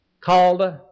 called